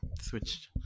switched